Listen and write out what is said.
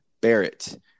Barrett